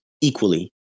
equally